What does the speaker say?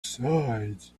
sides